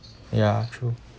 ya true